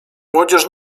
młodzież